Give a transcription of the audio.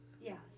Yes